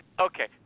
Okay